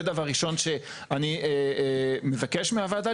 זה דבר ראשון שאני מבקש מהוועדה,